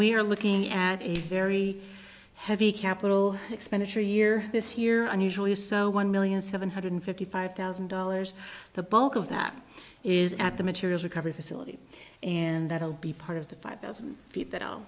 are looking at a very heavy capital expenditure year this year and usually is so one million seven hundred fifty five thousand dollars the bulk of that is at the material recovery facility and that will be part of the five thousand feet th